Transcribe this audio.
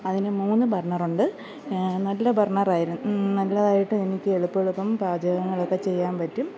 അതിന് മൂന്ന് ബർണർ ഉണ്ട് നല്ല ബർണർ ആയിരുന്നു നല്ലതായിട്ട് എനിക്ക് എളുപ്പം എളുപ്പം പാചകങ്ങളൊക്കെ ചെയ്യാൻ പറ്റും